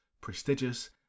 prestigious